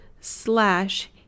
slash